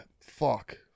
fuck